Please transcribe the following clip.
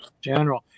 General